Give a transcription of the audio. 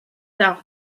tard